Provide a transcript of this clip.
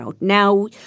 now